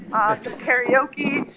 um ah some karaoke,